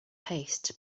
paste